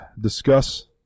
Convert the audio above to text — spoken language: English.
discuss